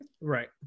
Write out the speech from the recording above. Right